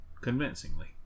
convincingly